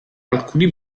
alcuni